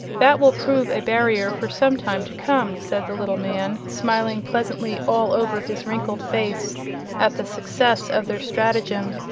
that will prove a barrier for some time to come, said the little man, smiling pleasantly all over his wrinkled face at the success of their stratagem.